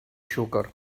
xúquer